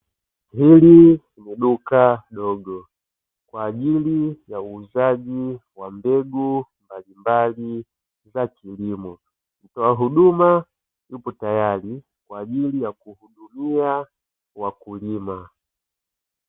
Hili ni duka dogo kwa ajili ya uuzaji wa mbegu mbalimbali za kilimo. Mtoa huduma yupo tayari kwa ajili ya kuhudumia wakulima.